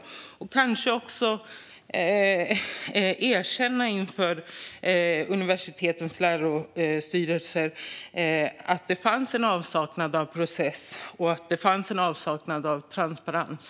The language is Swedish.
Kanske borde man också erkänna inför universitetens styrelser att det fanns en avsaknad av process och transparens.